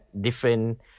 different